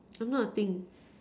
I'm not a thing